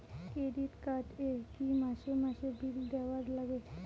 Credit card এ কি মাসে মাসে বিল দেওয়ার লাগে?